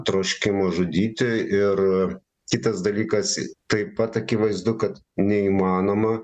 troškimo žudyti ir kitas dalykas taip pat akivaizdu kad neįmanoma